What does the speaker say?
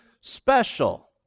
special